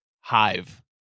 hive